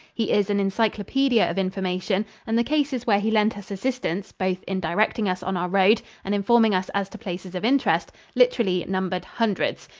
he is an encyclopedia of information, and the cases where he lent us assistance both in directing us on our road and informing us as to places of interest, literally numbered hundreds.